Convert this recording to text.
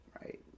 right